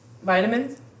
vitamins